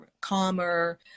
calmer